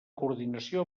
coordinació